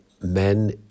men